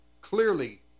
clearly